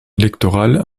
électorale